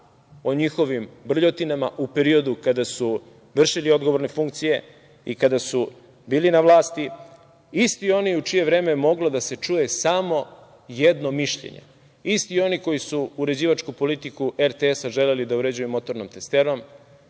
o njihovim brljotinama u periodu kada su vršili odgovorne funkcije i kada su bili na vlasti? Isti oni u čije vreme je moglo da se čuje samo jedno mišljenje, isti oni koji su uređivačku politiku RTS želeli da uređuju motornom testerom,